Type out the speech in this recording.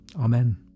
Amen